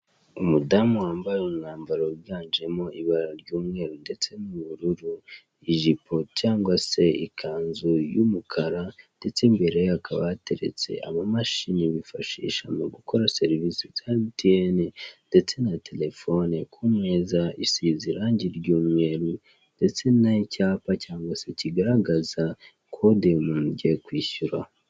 Umudamu wambaye umwambaro wiganjemo ibara cy'umweru ndetse n'ubururu, ijipo cyangwa se ikanzu y'umukara, ndetse imbere ye hakaba hateretse amamashine bifashisha mu gukora serivise za emutiyeni, ndetse na telefone ku meza isize irangi ry'umweru, ndetse n'icyapa cyangwa se kigaraza kode y'umuntu ugiye kwishyura.